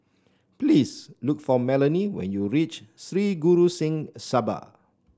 please look for Melonie when you reach Sri Guru Singh Sabha